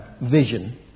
vision